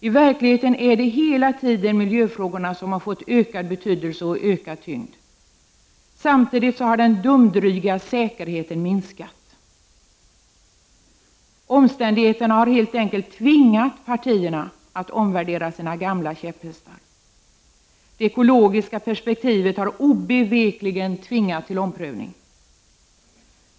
I verkligheten är det hela tiden miljöfrågorna som har fått ökad betydelse och ökad tyngd. Samtidigt har den dumdryga säkerheten minskat. Omständigheterna har helt enkelt tvingat partierna att omvärdera sina gamla käpphästar. Det ekologiska perspektivet har obevekligen tvingat till omprövning.